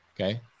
Okay